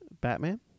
Batman